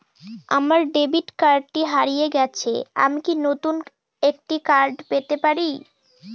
আমার ডেবিট কার্ডটি হারিয়ে গেছে আমি কি নতুন একটি কার্ড পেতে পারি?